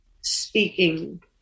speaking